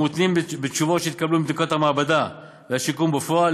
המותנים בתשובות שיתקבלו מבדיקת המעבדה והשיקום בפועל.